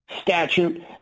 statute